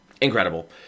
Incredible